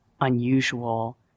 unusual